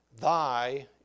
Thy